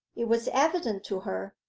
it was evident to her,